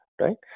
right